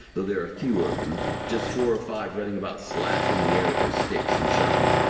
though there are a fewer of them. just four or five running about slashing the air with their sticks and shouting.